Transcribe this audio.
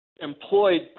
employed